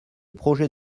projet